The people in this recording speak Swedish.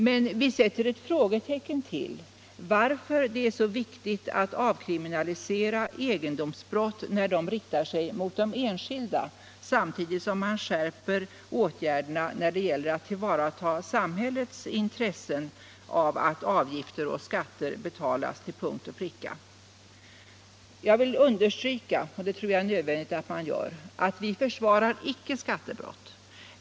Men vi frågar oss varför det är så viktigt att avkriminalisera egendomsbrott när de riktar sig mot de enskilda, samtidigt som man skärper åtgärderna när det gäller att tillvarata samhällets intresse av att avgifter och skatter betalas till punkt och pricka. Jag vill understryka — jag tror det är nödvändigt att göra det — att vi icke försvarar skattebrott.